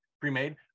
pre-made